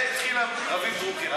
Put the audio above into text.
כך התחיל עם רביב דרוקר.